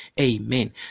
amen